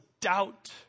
doubt